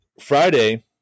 Friday